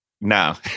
no